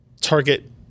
target